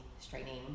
straightening